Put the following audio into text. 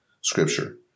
Scripture